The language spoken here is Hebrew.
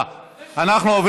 כמעט כולם,